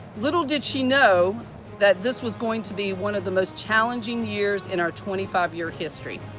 little did she know that this was going to be one of the most challenging years in our twenty five year history.